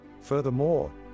Furthermore